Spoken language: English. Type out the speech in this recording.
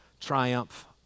triumph